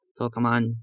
Pokemon